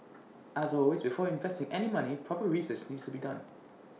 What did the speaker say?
as always before investing any money proper research needs to be done